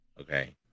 Okay